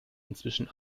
inzwischen